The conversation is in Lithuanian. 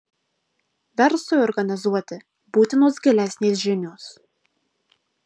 verslui organizuoti būtinos gilesnės žinios